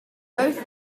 both